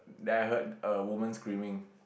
then I heard a woman screaming